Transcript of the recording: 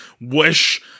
wish